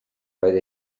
roedd